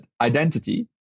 identity